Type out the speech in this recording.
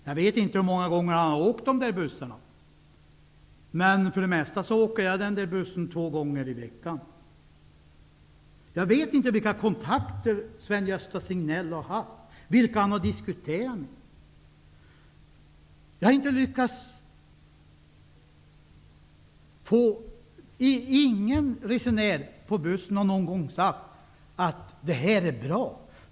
Jag vet inte hur många gånger han har åkt dessa bussar. För det mesta åker jag två gånger i veckan. Jag vet inte vilka kontakter Sven-Gösta Signell har haft och vilka han har diskuterat med. Ingen resenär i bussen har någon gång sagt att det är bra med bussarna.